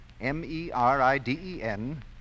M-E-R-I-D-E-N